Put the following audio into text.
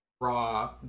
raw